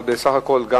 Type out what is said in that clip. אבל בסך הכול גם